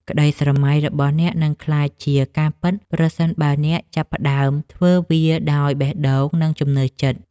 ក្ដីស្រមៃរបស់អ្នកនឹងក្លាយជាការពិតប្រសិនបើអ្នកចាប់ផ្ដើមធ្វើវាដោយបេះដូង និង ជំនឿចិត្ត។